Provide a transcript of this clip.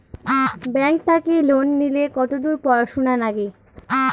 Bank থাকি loan নিলে কতদূর পড়াশুনা নাগে?